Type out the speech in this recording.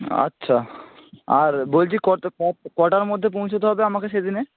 আচ্ছা আর বলছি কত কটার মধ্যে পৌঁছতে হবে আমাকে সেদিনে